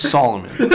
Solomon